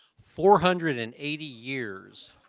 four hundred and eighty years